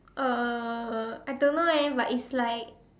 uh I don't know eh but it's like